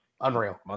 unreal